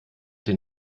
den